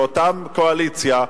לאותה קואליציה,